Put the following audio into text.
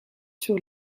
sur